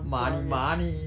manny manny